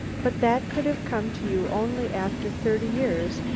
but that could have come to you only after thirty years,